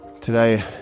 today